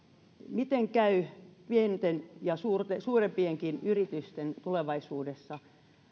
miten käy pienten ja suurempienkin yritysten tulevaisuudessa